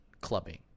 clubbing